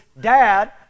dad